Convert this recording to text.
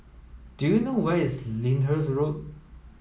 do you know where is Lyndhurst Road